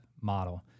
model